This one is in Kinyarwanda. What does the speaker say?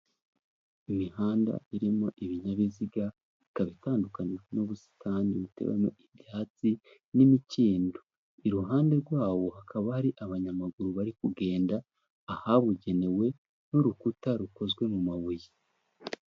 Imihanda irimo ibinyabiziga ikaba itandukanya n'ubusitani buteyemo ibyatsi n'imikindo, iruhande rwawo hakaba hari abanyamaguru bari kugenda ahabugenewe n'urukuta rukozwe mu mabuye.